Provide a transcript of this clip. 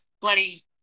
bloody